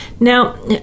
Now